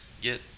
get